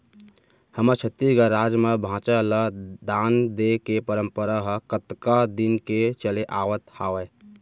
हमर छत्तीसगढ़ राज म भांचा ल दान देय के परपंरा ह कतका दिन के चले आवत हावय